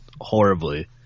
horribly